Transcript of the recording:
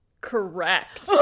Correct